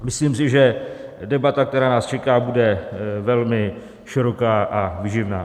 Myslím si, že debata, která nás čeká, bude velmi široká a výživná.